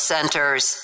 Centers